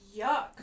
Yuck